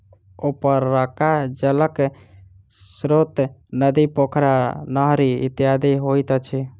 उपरका जलक स्रोत नदी, पोखरि, नहरि इत्यादि होइत अछि